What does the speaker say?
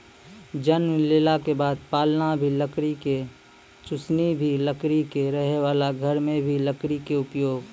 जन्म लेला के बाद पालना भी लकड़ी के, चुसनी भी लकड़ी के, रहै वाला घर मॅ भी लकड़ी के उपयोग